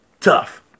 tough